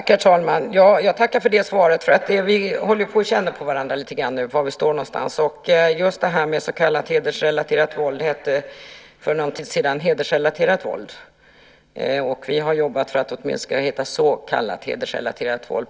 Herr talman! Jag tackar för det svaret. Vi håller ju på och känner på varandra lite grann nu beträffande var vi står någonstans. Just det här med så kallat hedersrelaterat våld hette för någon tid sedan "hedersrelaterat våld", och vi har jobbat för att det åtminstone ska heta "så kallat hedersrelaterat våld".